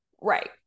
right